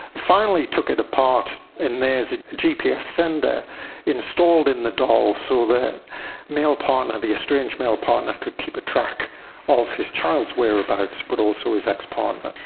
finally took it apart and there's a gps sender installed in the doll so the male partner, the estranged male partner, could keep a track of his child's whereabouts but also his ex-partner.